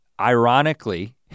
ironically